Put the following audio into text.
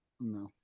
No